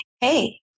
hey